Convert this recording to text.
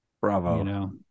Bravo